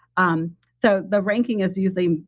um so, the ranking as you see,